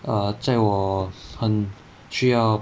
err 在我很需要